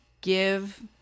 give